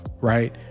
right